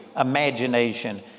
imagination